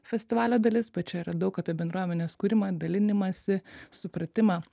festivalio dalis bet čia yra daug apie bendruomenės kūrimą dalinimąsi supratimą